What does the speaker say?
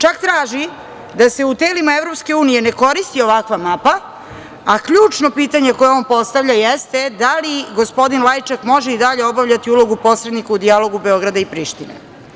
Čak traži da se u telima EU ne koristi ovakva mapa, a ključno pitanje koje on postavlja jeste da li gospodin Lajčak može i dalje obavljati ulogu posrednika u dijalogu Beograda i Prištine.